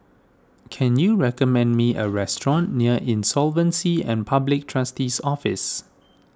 can you recommend me a restaurant near Insolvency and Public Trustee's Office